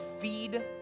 feed